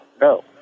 no